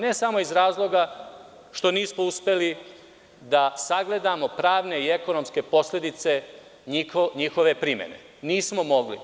Ne samo iz razloga što nismo uspeli da sagledamo pravne i ekonomske posledice njihove primene, nismo mogli.